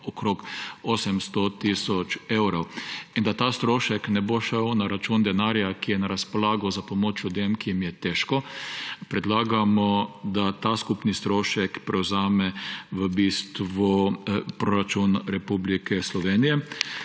okrog 800 tisoč evrov. In da ta strošek ne bo šel na račun denarja, ki je na razpolago za pomoč ljudem, ki jim je težko, predlagamo, da ta skupni strošek prevzame v bistvu proračun Republike Slovenije.